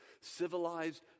Civilized